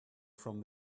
from